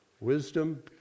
wisdom